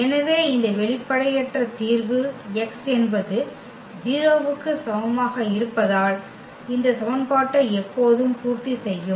எனவே இந்த வெளிப்படையற்ற தீர்வு x என்பது 0 க்கு சமமாக இருப்பதால் இந்த சமன்பாட்டை எப்போதும் பூர்த்தி செய்யும்